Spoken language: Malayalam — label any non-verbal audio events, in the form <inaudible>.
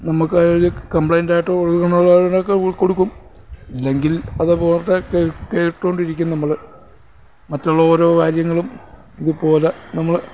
നമുക്ക് അതിനൊരു കംപ്ലെയിൻ്റായിട്ട് കൊടുക്കുന്ന കാര്യങ്ങളൊക്കെ കൊടുക്കും ഇല്ലെങ്കിൽ അത് <unintelligible> കേട്ടുകൊണ്ടിരിക്കും നമ്മൾ മറ്റുള്ള ഓരോ കാര്യങ്ങളും ഇതുപോലെ നമ്മൾ